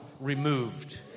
removed